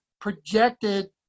projected